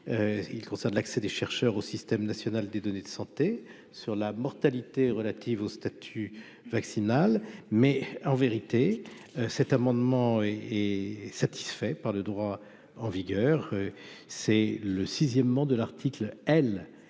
il concerne l'accès des chercheurs au système national des données de santé sur la mortalité relative au statut vaccinal mais en vérité, cet amendement est satisfait par le droit en vigueur, c'est le 6ème de l'article L.